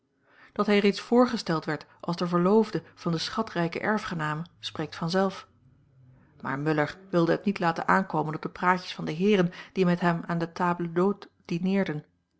dat hij reeds voorgesteld werd als de verloofde van de schatrijke erfgename spreekt vanzelf maar muller wilde het niet laten aankomen op de praatjes van de heeren die met hem aan de table